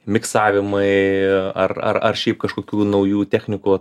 miksavimai ar ar ar šiaip kažkokių naujų technikų